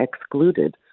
excluded